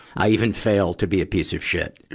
i even fail to be a piece of shit.